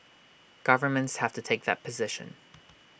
governments have to take that position